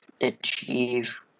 achieve